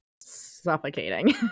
suffocating